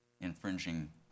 infringing